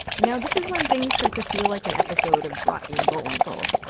now this is when things start to feel like an episode of rocky and bullwinkle.